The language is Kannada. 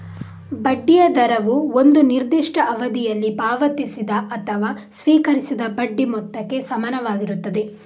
ಬಡ್ಡಿಯ ದರವು ಒಂದು ನಿರ್ದಿಷ್ಟ ಅವಧಿಯಲ್ಲಿ ಪಾವತಿಸಿದ ಅಥವಾ ಸ್ವೀಕರಿಸಿದ ಬಡ್ಡಿ ಮೊತ್ತಕ್ಕೆ ಸಮಾನವಾಗಿರುತ್ತದೆ